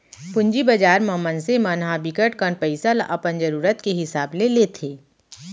पूंजी बजार म मनसे मन ह बिकट कन पइसा ल अपन जरूरत के हिसाब ले लेथे